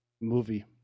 movie